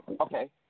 Okay